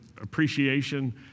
appreciation